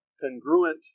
congruent